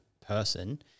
person